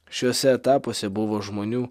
šiuose etapuose buvo žmonių